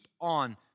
on